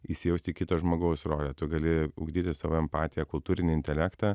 įsijausti į kito žmogaus rolę tu gali ugdyti savo empatiją kultūrinį intelektą